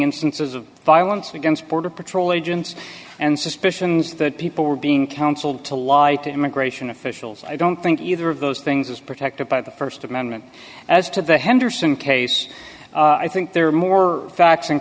instances of violence against border patrol agents and suspicions that people were being counseled to lie to immigration officials and i don't think either of those things is protected by the st amendment as to the henderson case i think there are more fact